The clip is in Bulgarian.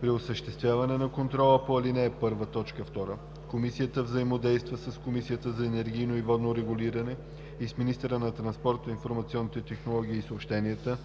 При осъществяване на контрола по ал. 1, т. 2 Комисията взаимодейства с Комисията за енергийно и водно регулиране и с министъра на транспорта, информационните технологии и съобщенията.